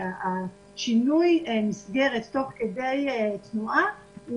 שינוי מסגרת תוך כדי תנועה,